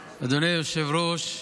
היושב-ראש,